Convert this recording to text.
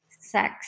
sex